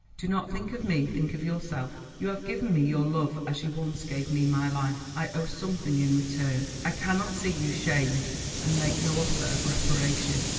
do not think of me, think of yourself. you have given me your love as you once gave me my life. i owe something in return i cannot see you shamed and make no offer of reparation.